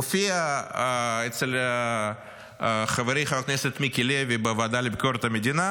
הוא הופיע אצל חברי חבר הכנסת מיקי לוי בוועדה לביקורת המדינה